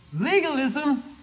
Legalism